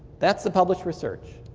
that's the published research.